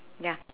ya